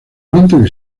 viento